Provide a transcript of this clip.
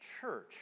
church